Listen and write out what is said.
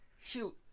Shoot